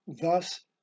thus